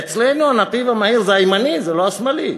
אצלנו הנתיב המהיר זה הימני, זה לא השמאלי.